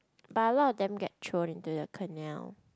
but a lot of them get thrown into the canal